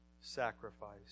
Sacrifice